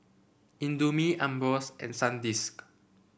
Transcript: Indomie Ambros and Sandisk